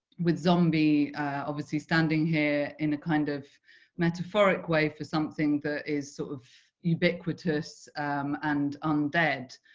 with zombie obviously standing here in a kind of metaphoric way for something that is sort of ubiquitous and undead,